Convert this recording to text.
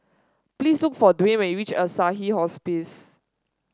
please look for Dwane when you reach Assisi Hospice